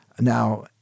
Now